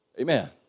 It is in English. Amen